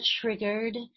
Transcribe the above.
triggered